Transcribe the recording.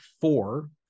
four